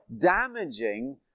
damaging